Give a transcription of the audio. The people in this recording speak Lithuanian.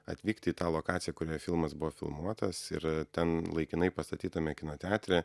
atvykti į tą lokaciją kurioje filmas buvo filmuotas ir ten laikinai pastatytame kino teatre